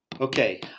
Okay